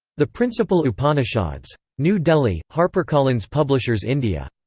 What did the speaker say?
the principal upanishads. new delhi harpercollins publishers india.